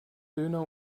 döner